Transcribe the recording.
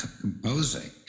composing